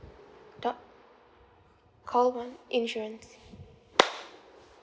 talk call one insurance